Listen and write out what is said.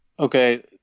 Okay